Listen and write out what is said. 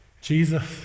Jesus